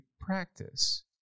practice